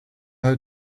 how